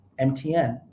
MTN